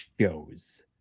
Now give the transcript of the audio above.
shows